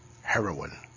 heroin